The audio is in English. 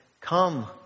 come